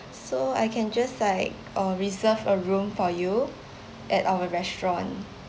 so I can just like uh reserve a room for you at our restaurant